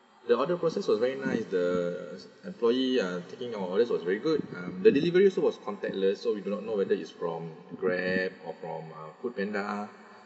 the order process was very nice the employee uh taking our order was very good um the delivery also was contactless so we do not know whether it's from Grab or from uh foodpanda